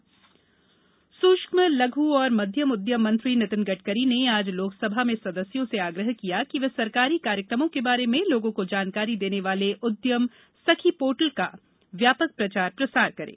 उद्यम सखी सुक्ष्म लघु और मध्यम उद्यम मंत्री नितिन गडकरी ने आज लोकसभा में सदस्यों से आग्रह किया कि वे सरकारी कार्यक्रमों के बारे में लोगों को जानकारी देने वाले उद्यम सखी पोर्टल का व्यापक प्रचार प्रसार करें